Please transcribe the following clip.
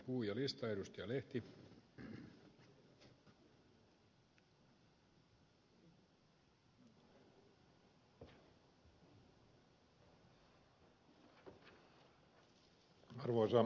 arvoisa herra puhemies